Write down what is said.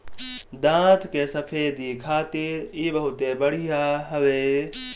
दांत के सफेदी खातिर इ बहुते बढ़िया हवे